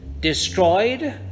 destroyed